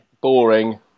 boring